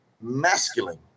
masculine